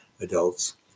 adults